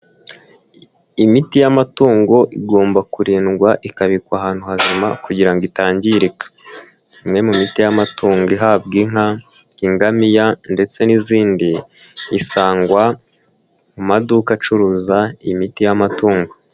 Imiti y'amatungo igomba kurindwa ikabikwa ahantu hazima kugira itangirika. Imwe mu miti y'amatungo ihabwa inka, ingamiya ndetse n'izindi, isangwa mu maduka acuruza imiti y'amatungo.